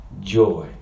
Joy